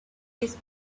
his